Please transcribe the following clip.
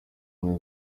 umwe